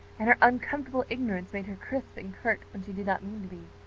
and her uncomfortable ignorance made her crisp and curt when she did not mean to be.